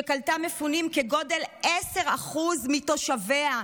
שקלטה מפונים כגודל 10% מתושביה,